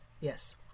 Yes